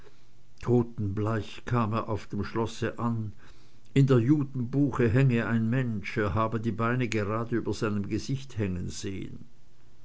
totenbleich kam er auf dem schlosse an in der judenbuche hänge ein mensch er habe die beine gerade über seinem gesichte hängen sehen